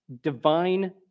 divine